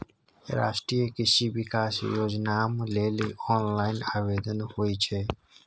राष्ट्रीय कृषि विकास योजनाम लेल ऑनलाइन आवेदन होए छै